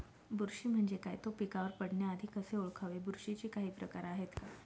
बुरशी म्हणजे काय? तो पिकावर पडण्याआधी कसे ओळखावे? बुरशीचे काही प्रकार आहेत का?